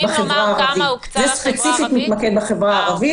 זה ספציפית מתמקד בחברה הערבית.